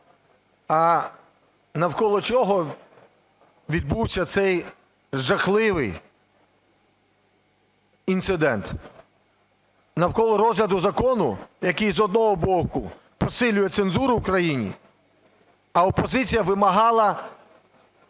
а навколо чого відбувся цей жахливий інцидент? Навколо розгляду закону, який з одного боку посилює цензуру в країні, а опозиція вимагала